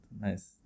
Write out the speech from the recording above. Nice